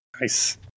Nice